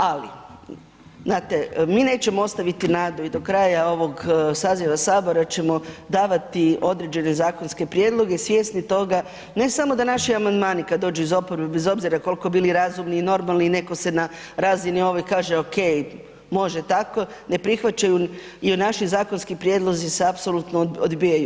Ali znate, mi nećemo ostaviti nadu i do kraja ovoga saziva Sabora ćemo davati određene zakonske prijedloge svjesni toga ne samo da naši amandmani kada dođu iz oporbe bez obzira koliko bili razumni i normalni i netko na razini ove kaže ok može tako ne prihvaćaju i naši zakonski prijedlozi se apsolutno odbijaju.